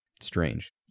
Strange